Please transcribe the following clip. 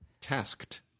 Tasked